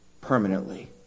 permanently